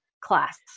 class